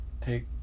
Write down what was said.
take